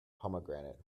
pomegranate